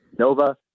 Nova